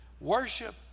worship